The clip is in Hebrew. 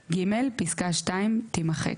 ; (ג) פסקה (2) תימחק.